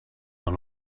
dans